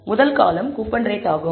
முதல் காலம்ன் coupon rate ஆகும்